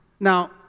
Now